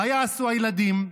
מה יעשו הילדים?